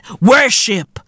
Worship